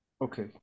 Okay